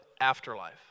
afterlife